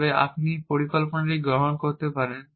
তবে আপনি পরিকল্পনাটি গ্রহণ করতে পারেন